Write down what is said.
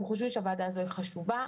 אנחנו חושבים שהוועדה הזו היא חשובה.